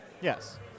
Yes